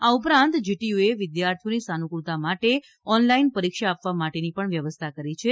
આ ઉપરાંત જીટીયુએ વિદ્યાર્થીઓની સાનુકૂળતા માટે ઓનલાઇન પરીક્ષા આપવા માટેની પણ વ્યવસ્થા કરી છે